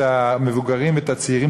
את המבוגרים והצעירים,